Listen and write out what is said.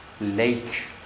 lake